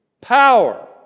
power